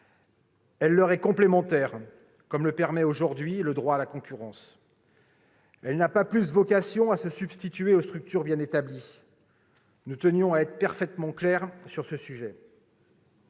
elle leur est complémentaire, comme le permet aujourd'hui le droit de la concurrence. Elle n'a pas plus vocation à se substituer aux structures bien établies. Nous tenions à être parfaitement clairs sur ce sujet.